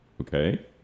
Okay